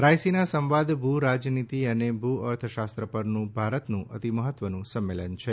રાયસીના સંવાદ ભૂ રાજનીતિ અને ભૂ અર્થશાસ્ત્ર પરનું ભારતનું અતિમહત્વપૂર્ણ સંમેલન છે